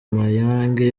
mayange